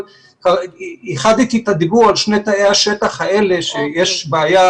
אבל ייחדתי את הדיבור על שני תאי השטח האלה שיש בעיה